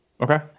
Okay